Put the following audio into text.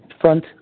front